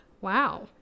Wow